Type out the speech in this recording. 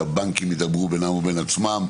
שהבנקים ידברו בינם ובין עצמם.